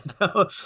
no